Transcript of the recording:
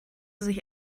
sich